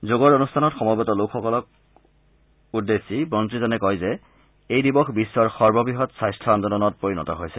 যোগৰ অনুষ্ঠানত সমবেত লোকসকলক উদ্দেশ্যে মন্ত্ৰীজনে কয় যে এই দিৱস বিশ্বৰ সৰ্ববৃহৎ স্বাস্থ্য আন্দোলনত পৰিণত হৈছে